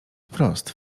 wprost